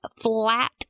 flat